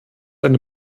eine